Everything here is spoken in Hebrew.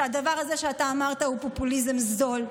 שהדבר הזה שאמרת הוא פופוליזם זול,